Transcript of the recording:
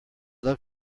love